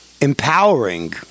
empowering